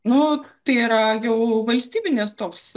nu tai yra jau valstybinis toks